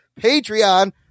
patreon